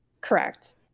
Correct